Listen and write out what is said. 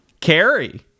Carrie